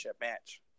match